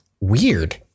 Weird